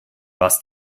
was